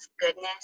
goodness